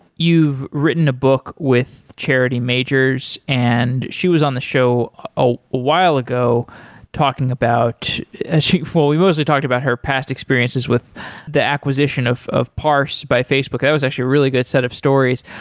you've written a book with charity majors, and she was on the show a while ago talking about ah well, we mostly talked about her past experiences with the acquisition of of parsed by facebook. that was actually a really good set of stories,